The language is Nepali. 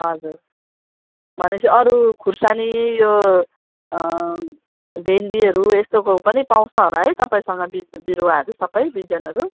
हजुर भनेपछि अरू खोर्सानी यो भेन्डीहरू यस्तोको पनि पाउँछ होला है तपाईँसँग विज बिरुवाहरू सबै बिजनहरू